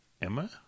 Emma